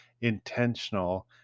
intentional